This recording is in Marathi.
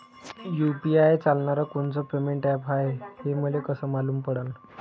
यू.पी.आय चालणारं कोनचं पेमेंट ॲप हाय, हे मले कस मालूम पडन?